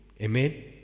Amen